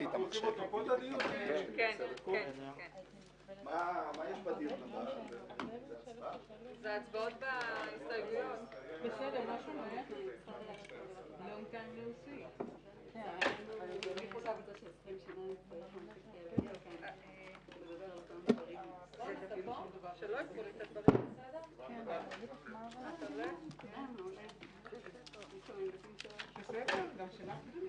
12:45.